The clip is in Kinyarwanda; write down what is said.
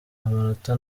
amanota